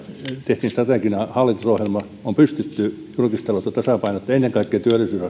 tehtiin strateginen hallitusohjelma on pystytty julkista taloutta tasapainottamaan ja ennen